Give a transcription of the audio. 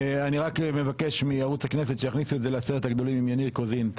אני רק מבקש מערוץ הכנסת לעשרת הגדולים עם יניר קוזין.